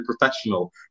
professional